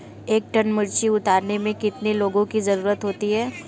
एक टन मिर्ची उतारने में कितने लोगों की ज़रुरत होती है?